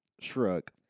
Shrug